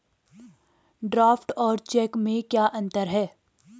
Draft और cheque में क्या अंतर है?